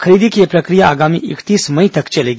खरीदी की यह प्रक्रिया आगामी इकतीस मई तक चलेगी